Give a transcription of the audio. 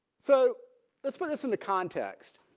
so let's put this in the context